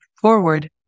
forward